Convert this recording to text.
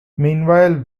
meanwhile